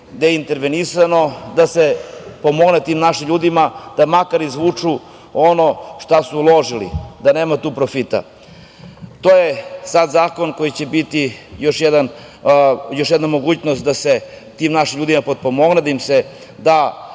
intervenisala, da se pomogne tim našim ljudima da makar izvuku ono što su uložili, da nema tu profita. To je sad zakon koji će biti mogućnost da se tim našim ljudima pomogne, da im se da